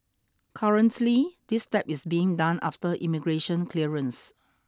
currently this step is being done after immigration clearance